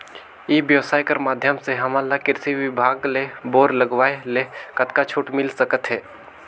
ई व्यवसाय कर माध्यम से हमन ला कृषि विभाग ले बोर लगवाए ले कतका छूट मिल सकत हे?